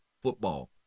football